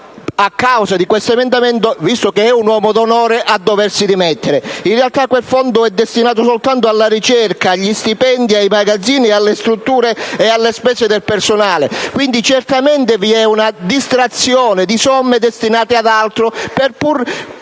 a causa di questo emendamento, visto che euomo d’onore, a doversi dimettere. In realta, quel fondo edestinato soltanto alla ricerca, agli stipendi, ai magazzini, alle strutture e alle spese del personale. Quindi, certamente vi e una distrazione di somme destinate ad altro.